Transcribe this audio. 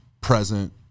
present